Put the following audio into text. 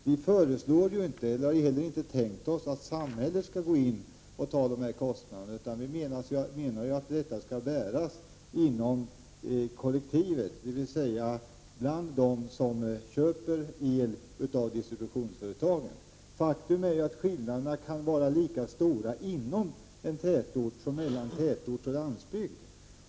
Vi föreslår inte och har heller inte tänkt oss att samhället skall ta dessa kostnader, utan vi menar att kostnaderna skall bäras inom kollektivet, dvs. av dem som köper el av distributionsföretagen. Faktum är att skillnaderna kan vara lika stora inom en tätort som mellan tätort och landsbygd.